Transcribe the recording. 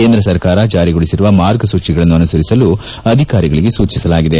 ಕೇಂದ್ರ ಸರ್ಕಾರ ಜಾರಿಗೊಳಿಸಿರುವ ಮಾರ್ಗಸೂಚಿಗಳನ್ನು ಅನುಸರಿಸಲು ಅಧಿಕಾರಿಗಳಿಗೆ ಸೂಚಿಸಿದ್ದಾರೆ